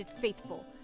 faithful